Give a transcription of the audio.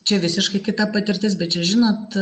čia visiškai kita patirtis bet čia žinot